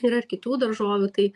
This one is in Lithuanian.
yra ir kitų daržovių tai